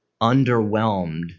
underwhelmed